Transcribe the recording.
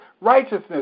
righteousness